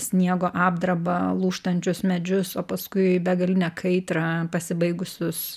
sniego apdrabą lūžtančius medžius o paskui begalinę kaitrą pasibaigusius